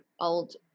old